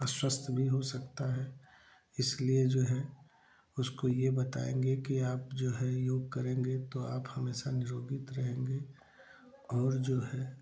अस्वस्थ भी हो सकता है इसलिए जो है उसको यह बताएँगे कि आप जो है योग करेंगे तो आप हमेशा निरोगी रहेंगे और जो है